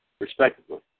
respectively